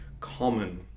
common